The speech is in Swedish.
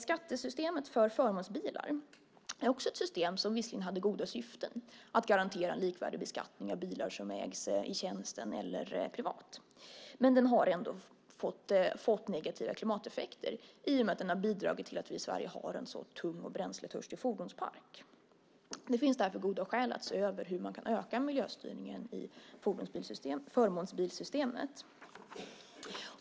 Skattesystemet för förmånsbilar är också ett system som visserligen hade goda syften - att garantera en likvärdig beskattning av bilar som ägs i tjänsten eller privat. Den har ändå fått negativa klimateffekter i och med att den har bidragit till att vi i Sverige har en så tung och bränsletörstig fordonspark. Det finns därför goda skäl att se över hur man kan öka miljöstyrningen i förmånsbilssystemet.